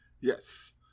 Yes